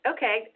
Okay